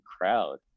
crowd